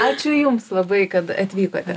ačiū jums labai kad atvykote